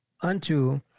unto